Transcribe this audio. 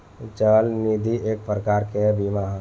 चल निधि एक प्रकार के बीमा ह